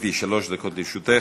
גברתי, שלוש דקות לרשותך,